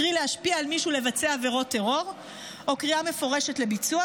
קרי להשפיע על מישהו לבצע עבירות טרור או קריאה מפורשת לביצוע,